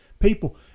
people